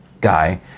guy